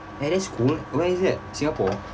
eh that's cool where is that singapore